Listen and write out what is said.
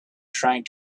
trying